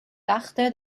dachte